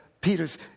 Peter's